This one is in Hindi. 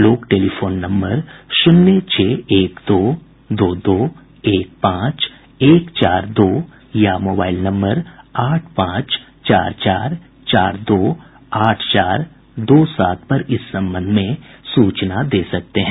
लोग टेलीफोन नम्बर शून्य छह एक दो दो दो एक पांच एक चार दो या मोबाईल नम्बर आठ पांच चार चार दो आठ चार दो सात पर इस संबंध में सूचना दे सकते हैं